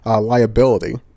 liability